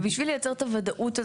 ובשביל לייצר את הוודאות הזאת,